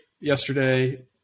yesterday